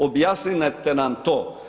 Objasnite nam to.